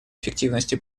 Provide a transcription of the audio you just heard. эффективности